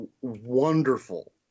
wonderful